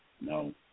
No